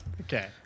Okay